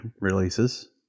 releases